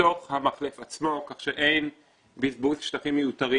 בתוך המחלף עצמו, כך שאין בזבוז שטחים מיותרים